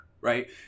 right